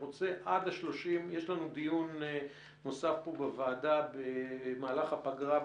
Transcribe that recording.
יש לנו דיון נוסף פה בוועדה במהלך הפגרה,